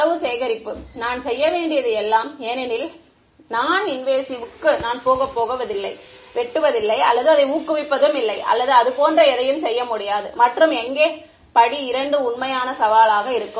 தரவு சேகரிப்பு நான் செய்ய வேண்டியது எல்லாம் ஏனெனில் நான் இன்வேசிவ்க்கு நான் போகப்போவதில்லை வெட்டுவதில்லை அல்லது அதை ஊக்குவிப்பதும் இல்லை அல்லது அதுபோன்ற எதையும் செய்ய முடியாது மற்றும் எங்கே படி 2 உண்மையான சவாலாக இருக்கும்